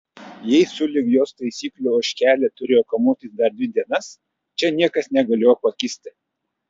jei sulig jos taisyklių ožkelė turėjo kamuotis dar dvi dienas čia niekas negalėjo pakisti